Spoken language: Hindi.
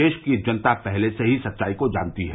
देश की जनता पहले से ही इस सच्चाई को जानती है